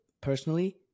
personally